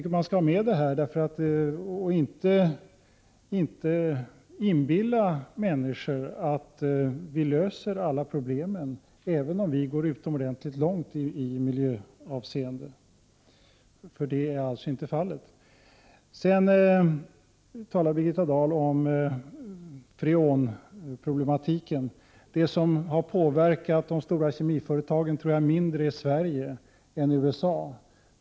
Detta skall man ha i åtanke och inte inbilla människor att vi löser alla problem även om vi går utomordentligt långt i miljöavseende, för det är alltså inte fallet. Birgitta Dahl talade också om freonproblematiken. Jag tror att det mindre är Sverige än USA som har påverkat de stora kemiföretagen.